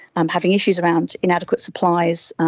um having issues around inadequate supplies,